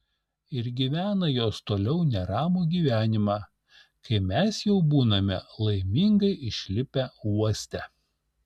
ir gyvena jos toliau neramų gyvenimą kai mes jau būname laimingai išlipę uoste